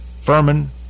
Furman